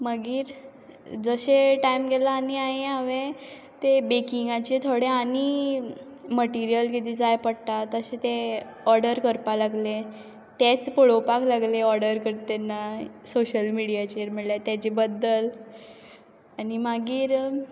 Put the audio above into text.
मागीर जशें टायम गेलो आनी मागीर हांवें ते बॅकिंगाचे थोडें आनी मटिरियल कितें जाय पडटा तशें तें ऑर्डर करपा लागलें तेंच पळोवपाक लागलें ऑर्डर करत तेन्ना सोशियल मिडियाचेर म्हणल्यार तेचे बद्दल आनी मागीर